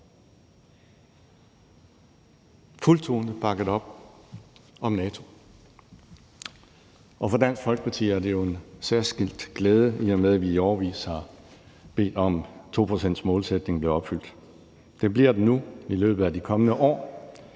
fuldtonet bakket op om NATO, og for Dansk Folkeparti er det jo en særskilt glæde, i og med at vi i årevis har bedt om, at 2-procentsmålsætningen blev opfyldt. Det bliver den nu i løbet af de kommende år.